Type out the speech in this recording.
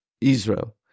Israel